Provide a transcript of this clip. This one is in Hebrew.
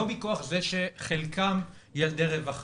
לא מכח זה שחלקם ילדי רווחה.